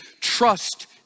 trust